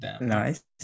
nice